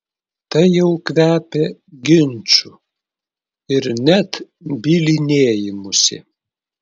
tai jau kvepia ginču ir net bylinėjimusi